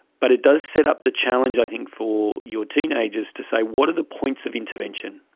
but it does set up the challenge i think for your teenagers to say what are the points of intervention?